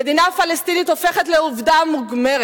המדינה הפלסטינית הופכת לעובדה מוגמרת,